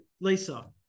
Lisa